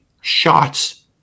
shots